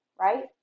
right